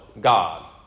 God